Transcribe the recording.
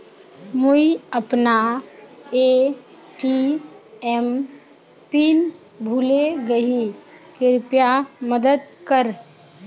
मुई अपना ATM pin भूले गही कृप्या मदद कर